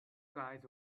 guys